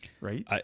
Right